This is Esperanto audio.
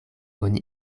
oni